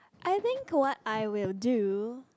I think what I will do